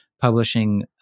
publishing